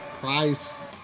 price